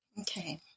Okay